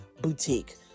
boutique